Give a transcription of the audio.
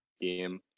game